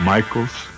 Michaels